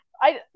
I-